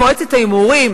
תקציב מועצת ההימורים,